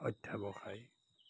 অধ্যৱসায়